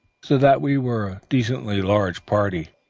so that we were a decently large party,